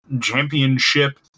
Championship